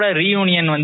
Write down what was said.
reunion